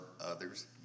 others